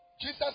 Jesus